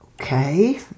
Okay